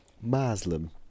Muslim